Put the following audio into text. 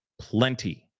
plenty